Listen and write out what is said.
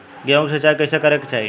गेहूँ के सिंचाई कइसे करे के चाही?